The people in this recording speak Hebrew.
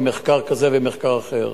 ומחקר כזה ומחקר אחר.